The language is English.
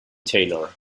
taylor